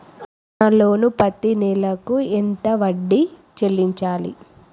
నా లోను పత్తి నెల కు ఎంత వడ్డీ చెల్లించాలి?